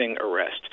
arrest